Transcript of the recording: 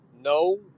No